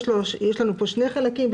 יש לנו שני חלקים.